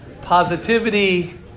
positivity